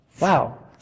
wow